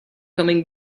coming